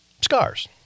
scars